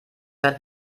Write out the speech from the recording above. stadt